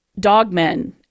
dogmen